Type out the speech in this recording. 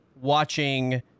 watching